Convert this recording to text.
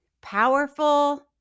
powerful